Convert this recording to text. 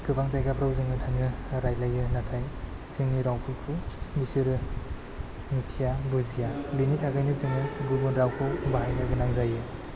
गोबां जाइगाफ्राव जाङो थाङो रायज्लायो नाथाय जोंनि रावफोरखौ बिसोरो मिथिया बुजिया बिनि थाखायनो जोङो गुबुन रावखौ बाहायनो गोनां जायो